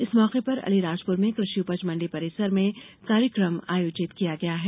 इस मौके पर अलीराजपुर में कृषि उपज मंडी परिसर में कार्यक्रम आयोजित किया गया है